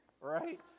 right